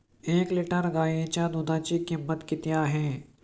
एक लिटर गाईच्या दुधाची किंमत किती आहे?